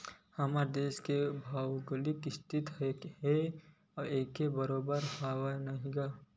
हमर देस के भउगोलिक इस्थिति ह एके बरोबर नइ हवय न गा